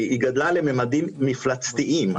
גדלה לממדים מפלצתיים.